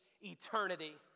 eternity